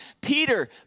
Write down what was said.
Peter